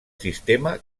sistema